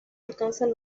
alcanzan